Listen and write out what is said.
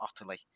utterly